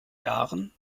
jahren